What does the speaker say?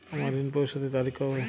আমার ঋণ পরিশোধের তারিখ কবে?